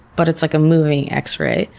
but it's like a moving x-ray,